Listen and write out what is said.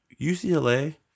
UCLA